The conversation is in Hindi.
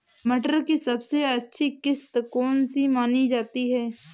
मटर की सबसे अच्छी किश्त कौन सी मानी जाती है?